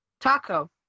Taco